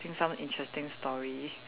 think some interesting story